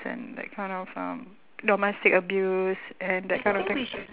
and that kind of um domestic abuse and that kind of thing